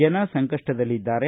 ಜನ ಸಂಕಷ್ಟದಲ್ಲಿದ್ದಾರೆ